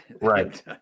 Right